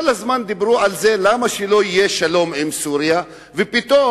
כל הזמן אמרו למה שלא יהיה שלום עם סוריה ופתאום,